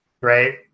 right